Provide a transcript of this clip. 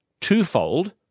twofold